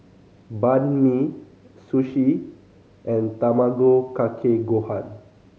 Banh Mi Sushi and Tamago Kake Gohan